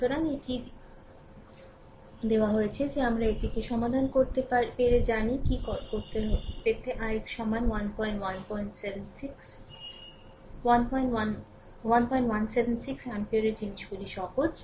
সুতরাং এটি দেওয়া হয়েছে যে আমরা এটিকে সমাধান করার পরে জানি কি কল পেতে ix সমান 1176 অ্যাম্পিয়ারের জিনিসগুলি সহজ